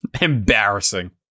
Embarrassing